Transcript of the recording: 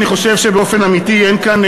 אני חושב שבאופן אמיתי אין כאן,